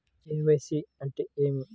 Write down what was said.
KYC అంటే ఏమి?